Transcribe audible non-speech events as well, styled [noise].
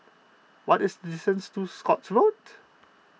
what is [unintelligible] to Scotts Road